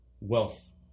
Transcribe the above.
wealth